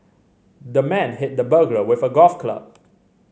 the man hit the burglar with a golf club